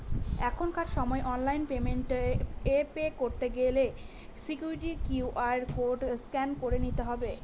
এখনকার সময় online payment এ পে করতে গেলে সিকুইরিটি কিউ.আর কোড স্ক্যান করে নিতে হবে